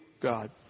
God